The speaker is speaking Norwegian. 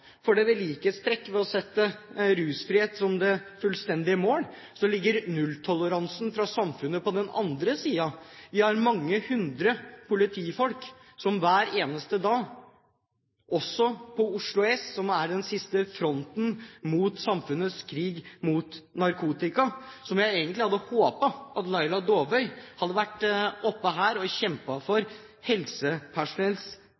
for det er likhetstrekk mellom å sette rusfrihet som det fullstendige mål og nulltoleransen fra samfunnets side. Vi har mange hundre politifolk – også på Oslo S – som hver eneste dag er den siste fronten i samfunnets krig mot narkotika. Jeg hadde egentlig håpet at Laila Dåvøy hadde vært her oppe og kjempet for helsepersonellets plikt til å gi nødvendig helsehjelp og